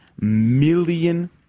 million